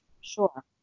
Sure